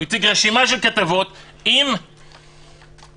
הציג רשימה של כתבות עם חזית,